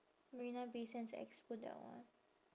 marina bay sands expo that one